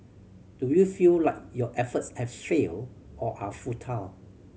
do you feel like your efforts have failed or are futile